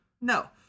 No